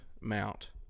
mount